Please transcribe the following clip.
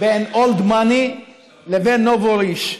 בין old money לבין נובוריש?